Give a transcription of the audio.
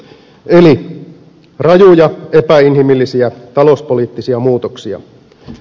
eli rajuja epäinhimillisiä talouspoliittisia muutoksia